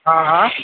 हाँ हाँ